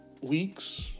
weeks